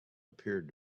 appeared